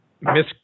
Miss